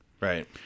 Right